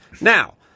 Now